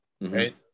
Right